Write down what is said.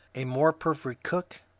a more perfect cook,